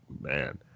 man